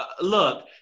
look